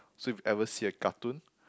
so if you ever see a cartoon